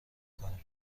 کنیم